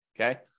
okay